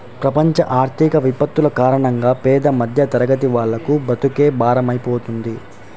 ప్రపంచ ఆర్థిక విపత్తుల కారణంగా పేద మధ్యతరగతి వాళ్లకు బ్రతుకే భారమైపోతుంది